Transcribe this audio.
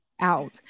out